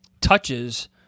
Touches